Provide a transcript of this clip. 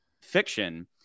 fiction